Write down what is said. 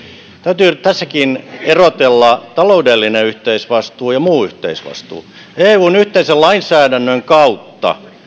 täytyy tässäkin erotella taloudellinen yhteisvastuu ja muu yhteisvastuu eun yhteisen lainsäädännön kautta